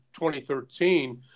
2013